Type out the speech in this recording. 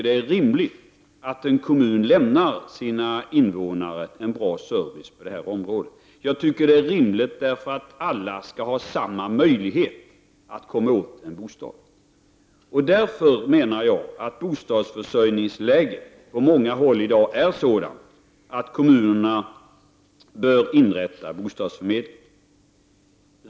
Det är rimligt att en kommun lämnar sina invånare en bra service på det här området. Det är rimligt, eftersom alla bör ha samma möjlighet att få en bostad. Bostadsförsörjningsläget är i dag på många håll sådant att kommunerna bör inrätta bostadsförmedlingar.